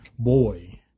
boy